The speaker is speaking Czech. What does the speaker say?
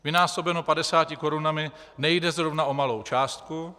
Vynásobeno 50 korunami nejde zrovna o malou částku.